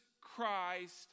Christ